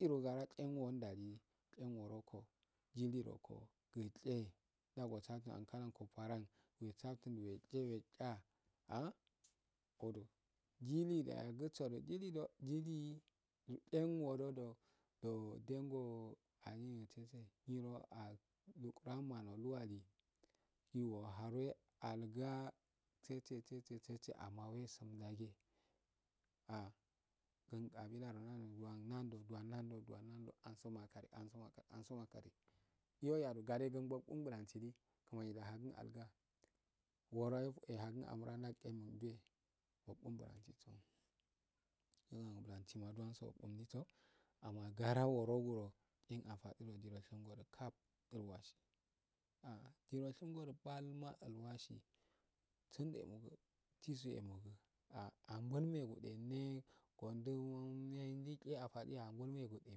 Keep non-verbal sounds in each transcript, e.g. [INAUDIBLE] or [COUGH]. Nyirogara langodal kungourokoh jihrokoh wegye ndwasatinko garongo paran wesafiunada wegye wekgyaa ah [UNINTELLIGIBLE] gilida yajido wudilido jilii idendodoo [HESITATION] dengo [UNINTELLIGIBLE] nyiroa luguranda oluwali [HESITATION] oharwe ahigua hetsetsetsetse amma wasunyaga ah [UNINTELLIGIBLE] wan nerd dwan nendoga asun makariga asun makari anso maka ansomakan yo yaro gade gadedu kumbnangwlasigi kimanida nhagun ahgu wure ehagun amra ndake undwe wubbun bulansiso ndo bulansima wubbu langunso amma gara wuruguro en afade giroshingodo kab ulwasi ah giro shingo da palma ulwasi sundo eh mugua jisu e mugua ah angul negude mee wandii mendigye afadi angulmegude.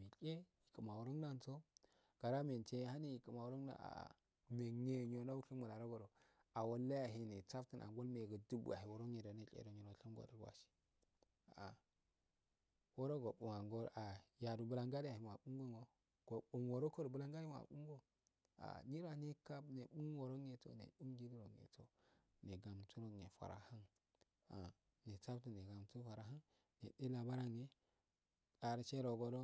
mikye tsu maiugaso gara mentse hae kumaragun [HESITATION] menmanyende fungu imaraguwaro awalleyaw angul negu dubu yahe negunesha geebas ah wurogubwangula yado bulangade yahe mabungo abbungorokuh do blangade yahe mabungo ah [UNINTELLIGIBLE] neratun nengame farahan nedueabaa ngne karsheno godo dinyenyiro darshigo.